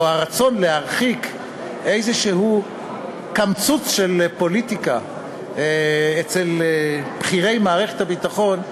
או הרצון להרחיק איזה קמצוץ של פוליטיקה אצל בכירי מערכת הביטחון,